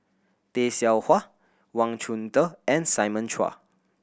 Tay Seow Huah Wang Chunde and Simon Chua